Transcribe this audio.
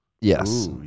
Yes